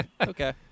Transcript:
Okay